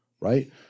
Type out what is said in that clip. right